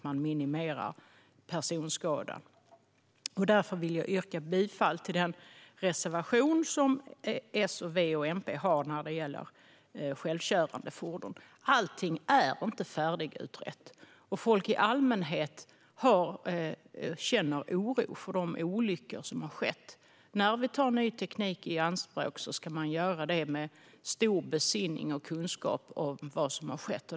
Jag vill därför yrka bifall till den reservation som S, V och MP har om självkörande fordon. Allting är inte färdigutrett. Folk i allmänhet känner oro efter de olyckor som har skett. När man tar ny teknik i anspråk ska man göra det med stor besinning och kunskap om vad som har skett.